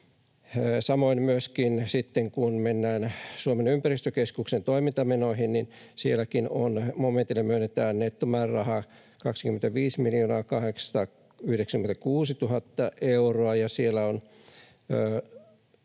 Samoin myöskin, kun mennään Suomen ympäristökeskuksen toimintamenoihin, sielläkin momentille myönnetään nettomäärärahaa 25 896 000 euroa,